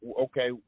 okay